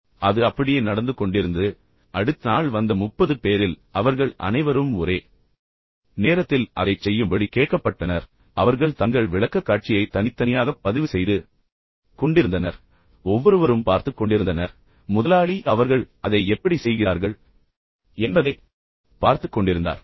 எனவே அது அப்படியே நடந்து கொண்டிருந்தது எனவே அடுத்த நாள் வந்த 30 பேரில் அவர்கள் அனைவரும் ஒரே நேரத்தில் அதைச் செய்யும்படி கேட்கப்பட்டனர் மேலும் அவர்கள் தங்கள் விளக்கக்காட்சியை தனித்தனியாகப் பதிவு செய்து கொண்டிருந்தனர் ஒவ்வொருவரும் பார்த்துக் கொண்டிருந்தனர் பின்னர் முதலாளி ஒட்டுமொத்தமாக அவர்கள் அதை எப்படி செய்கிறார்கள் என்பதைப் பார்த்துக் கொண்டிருந்தார்